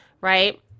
right